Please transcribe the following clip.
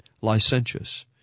licentious